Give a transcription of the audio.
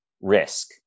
risk